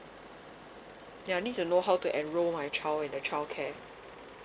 ya I need to know how to enroll my child in the childcare